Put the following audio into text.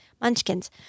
munchkins